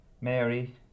Mary